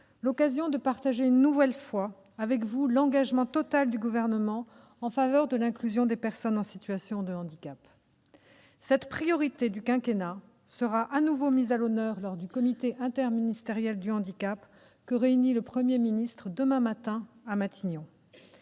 l'occasion de partager une nouvelle fois avec vous l'engagement total du Gouvernement en faveur de l'inclusion des personnes en situation de handicap. Cette priorité du quinquennat sera de nouveau mise à l'honneur lors du comité interministériel du handicap que réunit le Premier ministre demain matin, à Matignon.